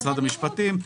משרד המשפטים,